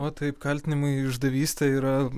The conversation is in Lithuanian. o taip kaltinimai išdavyste yra